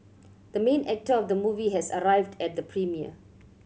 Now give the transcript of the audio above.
the main actor of the movie has arrived at the premiere